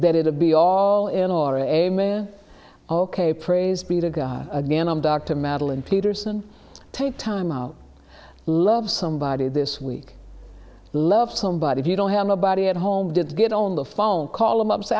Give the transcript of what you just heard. that it a be all in or a amen ok praise be to god again i'm dr madeline peterson take time out love so body this week love somebody if you don't have a body at home did get on the phone call them up s